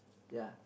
ya